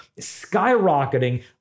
skyrocketing